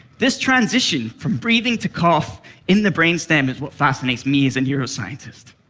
this transition from breathing to cough in the brainstem is what fascinates me as a neuroscientist.